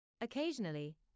Occasionally